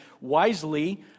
wisely